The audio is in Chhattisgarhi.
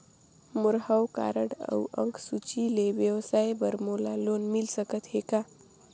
मोर हव कारड अउ अंक सूची ले व्यवसाय बर मोला लोन मिल सकत हे का?